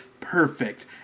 perfect